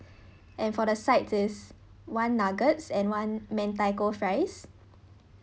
and for the sides is one nuggets and one mentaiko fries